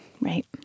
right